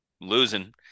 losing